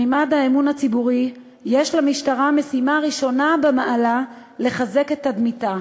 בממד האמון הציבורי יש למשטרה משימה ראשונה במעלה לחזק את תדמיתה,